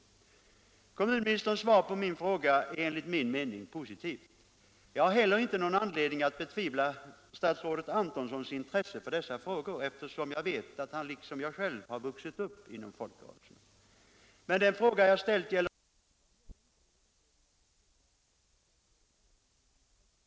Kommunministerns svar på min fråga är enligt min mening positivt. Jag har heller inte någon anledning att betvivla statsrådet Antonssons intresse för dessa frågor, eftersom jag vet att han liksom jag själv har vuxit upp inom folkrörelserna. Men den fråga jag ställt gäller regeringens samlade folkrörelsepolitik. På den punkten är det naturligt att man kan sätta frågetecken. Därför vore det välgörande om kommunministern förklarade varför inte folkrörelserna alls omnämns i regeringsdeklarationen.